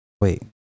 Wait